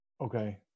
Okay